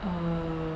err